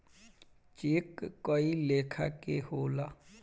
check कए लेखा के होला